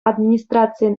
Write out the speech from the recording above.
администрацийӗн